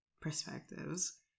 perspectives